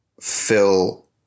fill